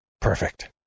Perfect